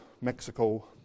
mexico